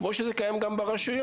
כמו שזה קיים גם ברשויות.